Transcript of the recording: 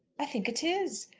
i think it is.